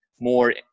more